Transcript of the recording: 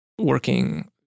working